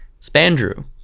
Spandrew